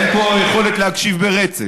אין פה יכולת להקשיב ברצף.